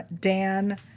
Dan